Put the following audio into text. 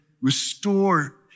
restore